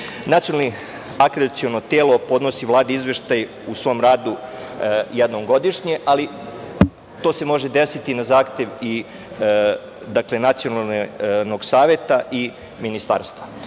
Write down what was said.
direktora. Nacionalno akreditaciono telo podnosi Vladi izveštaj o svom radu jednom godišnje, ali to se može desiti na zahtev i Nacionalnog saveta i ministarstva. Na